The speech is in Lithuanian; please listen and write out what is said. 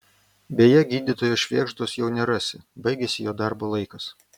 beje gydytojo švėgždos jau nerasi baigėsi jo darbo laikas